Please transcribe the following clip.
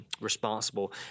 responsible